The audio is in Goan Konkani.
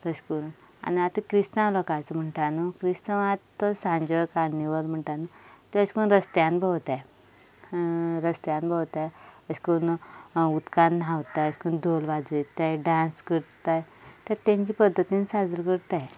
तशें करून आनी आतां क्रिस्तांव लोकांचो म्हणटा न्हय क्रिस्तांव आतां तो सांजांव कार्निवाल म्हणटा न्हय तो अशें करून रस्त्यार भोंवतात रस्त्यार भोंवतात अशें करून उदकांत न्हातात अशें करून धोल वाजयतात डांस करतात ते तांचे पद्दतीन साजरो करतात